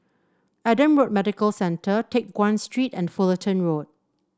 Adam Road Medical Centre Teck Guan Street and Fullerton Road